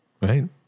right